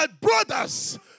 brothers